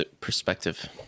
perspective